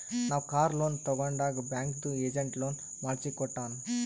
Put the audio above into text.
ನಾವ್ car loan ತಗೊಂಡಾಗ್ ಬ್ಯಾಂಕ್ದು ಏಜೆಂಟ್ ಲೋನ್ ಮಾಡ್ಸಿ ಕೊಟ್ಟಾನ್